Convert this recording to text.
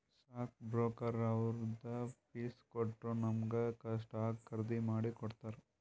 stock ಬ್ರೋಕರ್ಗ ಅವ್ರದ್ fees ಕೊಟ್ಟೂರ್ ನಮುಗ ಸ್ಟಾಕ್ಸ್ ಖರ್ದಿ ಮಾಡಿ ಕೊಡ್ತಾರ್